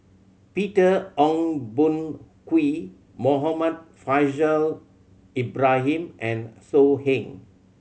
Peter Ong Boon Kwee Muhammad Faishal Ibrahim and So Heng